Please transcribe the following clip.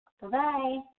Bye-bye